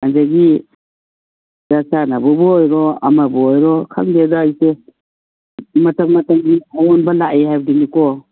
ꯑꯗꯒꯤ ꯆꯥꯛ ꯆꯥꯅꯕꯕꯨ ꯑꯣꯏꯔꯣ ꯑꯃꯕꯨ ꯑꯣꯏꯔꯣ ꯈꯪꯗꯦꯗ ꯏꯆꯦ ꯃꯇꯝ ꯃꯇꯝꯒꯤ ꯑꯍꯣꯡꯕ ꯂꯥꯛꯑꯦ ꯍꯥꯏꯕꯗꯨꯅꯤꯀꯣ